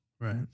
right